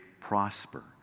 prosper